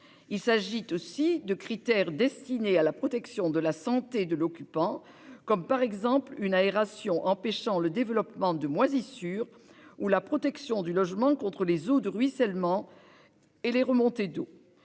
Il s'agit aussi de critères destinés à la protection de la santé de l'occupant, comme une aération empêchant le développement de moisissures ou la protection du logement contre les eaux de ruissellement et les remontées d'eau.